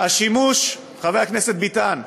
חבר הכנסת ביטן,